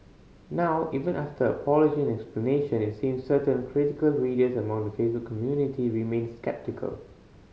now even after apology and explanation it seems certain critical readers among the Facebook community remained sceptical